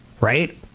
Right